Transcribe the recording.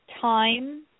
time